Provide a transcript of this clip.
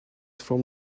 from